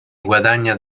guadagna